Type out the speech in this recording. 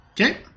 Okay